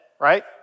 right